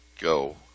go